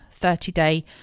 30-day